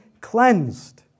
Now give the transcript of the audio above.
cleansed